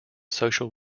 social